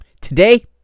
Today